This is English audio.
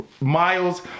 miles